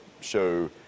show